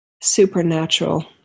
supernatural